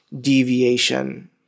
deviation